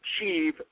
achieve